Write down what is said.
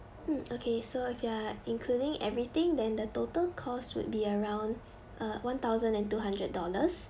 mm okay so if you are including everything then the total cost would be around uh one thousand and two hundred dollars